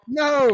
no